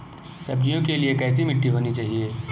सब्जियों के लिए कैसी मिट्टी होनी चाहिए?